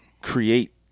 create